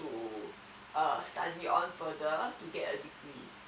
to uh study on further to get a degree